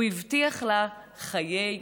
הוא הבטיח לה חיי נצח.